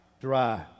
dry